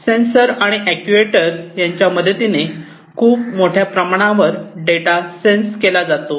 sensor आणि actuator यांच्या मदतीने खूप मोठ्या प्रमाणावर डाटा सेन्स केला जातो